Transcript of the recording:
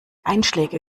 einschläge